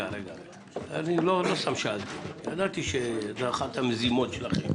לא סתם שאלתי, ידעתי שזו אחת המזימות שלכם.